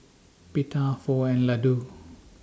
Pita Pho and Ladoo